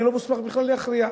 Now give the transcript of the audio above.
אני לא מוסמך בכלל להכריע.